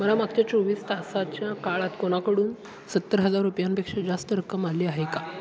मला मागच्या चोवीस तासाच्या काळात कोणाकडून सत्तर हजार रुपयांपेक्षा जास्त रक्कम आली आहे का